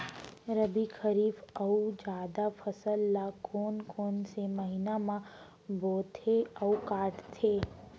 रबि, खरीफ अऊ जादा फसल ल कोन कोन से महीना म बोथे अऊ काटते?